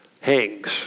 hangs